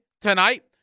tonight